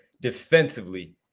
defensively